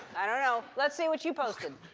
i don't know. let's see what you posted.